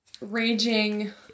raging